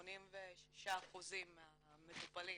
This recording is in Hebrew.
כ-86% מהמטופלים